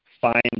find